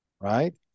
right